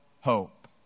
hope